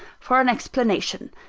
for an explanation.